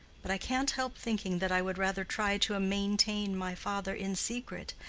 but i can't help thinking that i would rather try to maintain my father in secret,